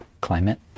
climate